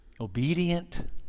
obedient